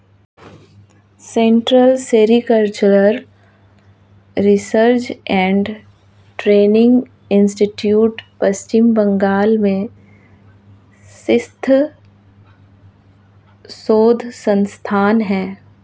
central sericultural research and training institute Paschim Bangal में स्थित शोध संस्थान है